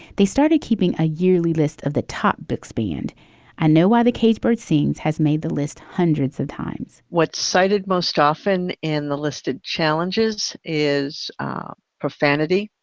they started keeping a yearly list of the top bixby and i know why the caged bird sings has made the list hundreds of times what's cited most often in the listed challenges is ah profanity,